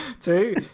two